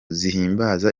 zihimbaza